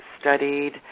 studied